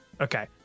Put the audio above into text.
Okay